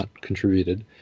contributed